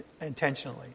intentionally